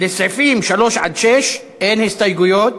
לסעיפים 3 6 אין הסתייגויות.